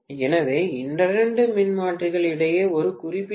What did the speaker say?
எனவே இரண்டு மின்மாற்றிகள் இடையே ஒரு குறிப்பிட்ட கே